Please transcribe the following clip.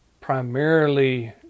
Primarily